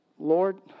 Lord